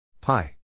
pi